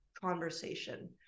conversation